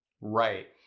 Right